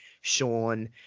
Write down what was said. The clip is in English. Sean